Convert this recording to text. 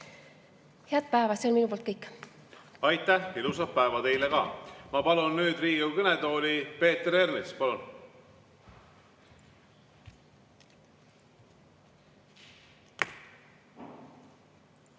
Head päeva! See on minu poolt kõik. Aitäh! Ilusat päeva teile ka! Ma palun nüüd Riigikogu kõnetooli Peeter Ernitsa. Palun!